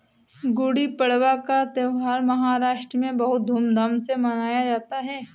गुड़ी पड़वा का त्यौहार महाराष्ट्र में बहुत धूमधाम से मनाया जाता है